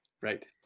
right